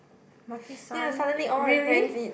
maki-san really